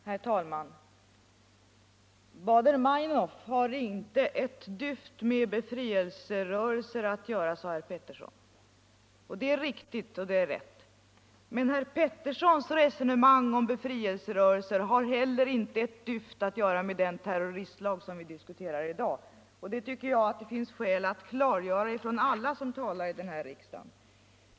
Herr talman! Baader-Meinhof har inte ett dyft med befrielserörelser att göra, sade herr Pettersson i Västerås. Det är riktigt. Men herr Petterssons resonemang om befrielserörelser har heller inte ett dyft att göra med den terroristlag som vi diskuterar i dag, och det tycker jag det finns anledning för alla som talar i den här riksdagen att klargöra.